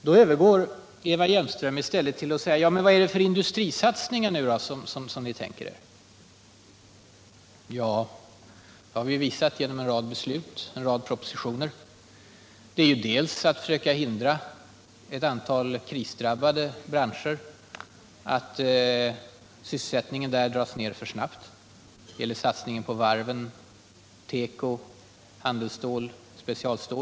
Då övergår Eva Hjelmström i stället till att fråga vad det är för industrisatsningar vi har tänkt oss. Det har vi visat genom en rad beslut och propositioner. Det är bl.a. de åtgärder vi vidtagit för att förhindra att sysselsättningen i ett antal krisdrabbade branscher dras ned alltför snabbt. Det gäller satsningar på varven, teko, handelsstål och specialstål.